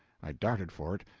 i darted for it,